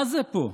מה זה פה,